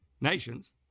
nations